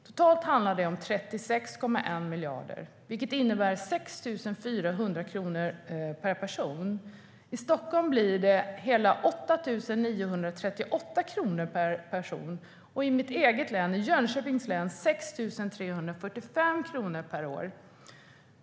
Totalt handlar det om 36,1 miljarder, vilket innebär 6 400 kronor per person. I Stockholm blir det hela 8 938 kronor per person. I mitt län, Jönköpings län, blir det 6 345 kronor per år.